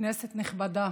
כנסת נכבדה,